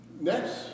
Next